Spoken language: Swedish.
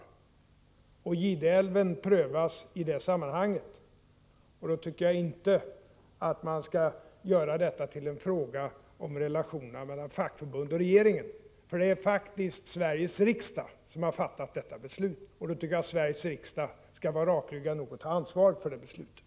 Gideälven prövas i det sammanhanget, och man skall inte göra detta till en fråga om relationer mellan fackförbunden och regeringen, för det är faktiskt Sveriges riksdag som har fattat detta beslut. Jag tycker Sveriges riksdag skall vara rakryggad nog att ta ansvaret för det beslutet.